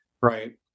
right